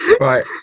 right